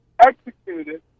executed